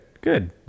good